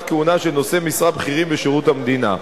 כהונה של נושאי משרה בכירים בשירות המדינה.